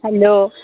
hello